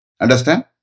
Understand